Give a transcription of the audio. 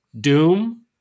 doom